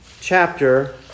chapter